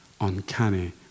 uncanny